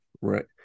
Right